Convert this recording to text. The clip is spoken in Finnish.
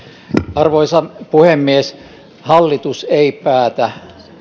arvoisa puhemies hallitus ei päätä